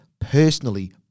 personally